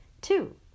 Two